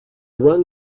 run